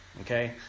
okay